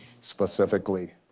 Specifically